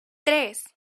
tres